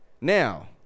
Now